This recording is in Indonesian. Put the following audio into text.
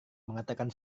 mengatakan